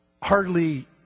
Hardly